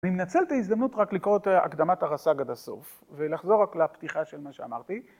אני מנצל את הזדמנות רק לקרוא את הקדמת הרס"ג עד הסוף, ולחזור רק לפתיחה של מה שאמרתי,